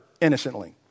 innocently